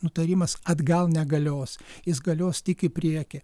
nutarimas atgal negalios jis galios tik į priekį